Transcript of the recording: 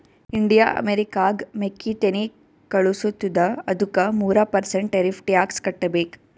India ಅಮೆರಿಕಾಗ್ ಮೆಕ್ಕಿತೆನ್ನಿ ಕಳುಸತ್ತುದ ಅದ್ದುಕ ಮೂರ ಪರ್ಸೆಂಟ್ ಟೆರಿಫ್ಸ್ ಟ್ಯಾಕ್ಸ್ ಕಟ್ಟಬೇಕ್